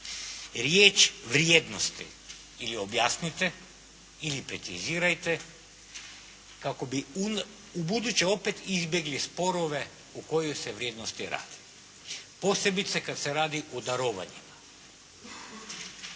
Riječ: "vrijednosti" ili objasnite ili precizirajte kako bi ubuduće opet izbjegli sporove o kojoj se vrijednosti radi posebice kada se radi o darovanjima.